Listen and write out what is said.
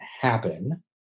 happen